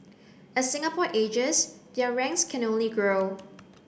as Singapore ages their ranks can only grow